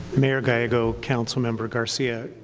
mayor gallego, councilmember garcia,